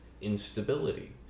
instability